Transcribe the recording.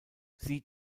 sie